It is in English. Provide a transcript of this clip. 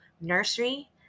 nursery